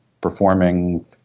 performing